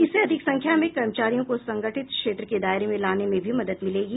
इससे अधिक संख्या में कर्मचारियों को संगठित क्षेत्र के दायरे में लाने में भी मदद मिलेगी